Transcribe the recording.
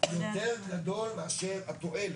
יותר גדול מאשר התועלת.